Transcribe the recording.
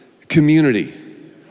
community